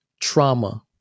trauma